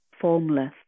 formless